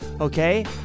okay